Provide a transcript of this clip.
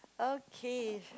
okay